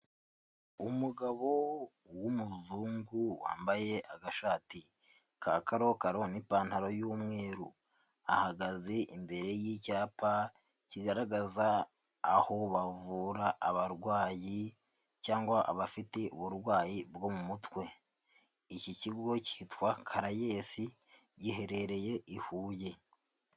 Umugabo w'umuzungu wambaye agashati ka karokaro n'ipantaro y'umweru, ahagaze imbere y'icyapa kigaragaza aho bavura abarwayi cyangwa abafite uburwayi bwo mu mutwe. Iki kigo cyitwa karayesi giherereye i Huye.